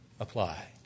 Applied